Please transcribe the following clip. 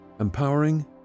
Empowering